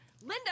Linda